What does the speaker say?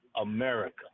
America